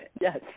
Yes